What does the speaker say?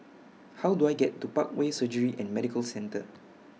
How Do I get to Parkway Surgery and Medical Centre